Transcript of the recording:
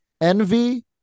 Envy